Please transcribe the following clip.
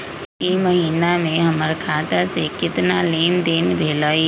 ई महीना में हमर खाता से केतना लेनदेन भेलइ?